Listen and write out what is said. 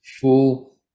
full